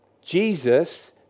Jesus